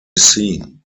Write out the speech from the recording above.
scene